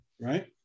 right